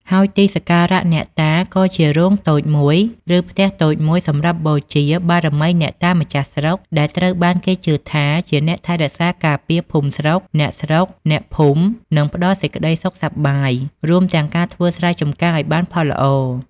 ហើយទីសក្ការៈអ្នកតា ក៏ជារោងតូចមួយ ឬផ្ទះតូចមួយសម្រាប់បូជា បារមីអ្នកតាម្ចាស់ស្រុក ដែលត្រូវបានគេជឿថាជាអ្នកថែរក្សាការពារភូមិស្រុក អ្នកស្រុក អ្នកភូមិ និងផ្តល់សេចក្តីសុខសប្បាយ រួមទាំងការធ្វើស្រែចម្ការឱ្យបានផលល្អ។